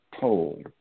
told